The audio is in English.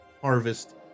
harvest